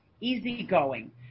easygoing